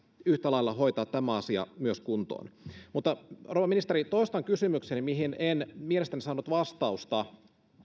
yhtä lailla hoitaa tämän asian myös kuntoon mutta rouva ministeri toistan kysymykseni mihin en mielestäni saanut vastausta